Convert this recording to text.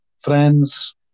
friends